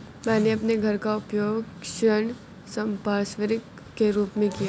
मैंने अपने घर का उपयोग ऋण संपार्श्विक के रूप में किया है